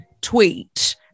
tweet